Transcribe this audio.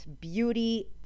beauty